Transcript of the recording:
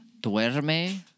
duerme